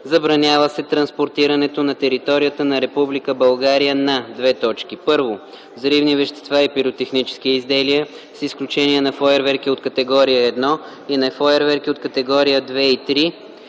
Забранява се транспортирането на територията на Република България на: 1. взривни вещества и пиротехнически изделия, с изключение на фойерверки от категория 1 и на фойерверки от категория 2 и 3